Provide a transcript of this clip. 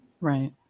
right